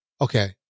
okay